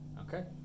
Okay